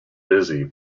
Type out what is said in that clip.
busy